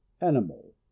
animal